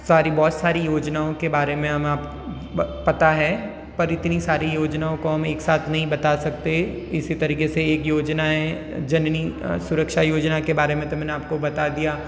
सारी बहुत सारी योजनाओं के बारे में हम अब पता है पर इतनी सारी योजनाओं को हम एक साथ नहीं बता सकते इसी तरीक़े से ये योजना है जननी सुरक्षा योजना के बारे में तो मैंने आपको बता दिया